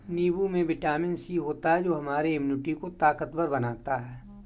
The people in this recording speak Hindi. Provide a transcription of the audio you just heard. नींबू में विटामिन सी होता है जो हमारे इम्यूनिटी को ताकतवर बनाता है